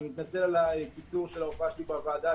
אני מתנצל על הקיצור של ההופעה שלי בוועדה,